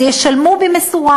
אז ישלמו במשורה: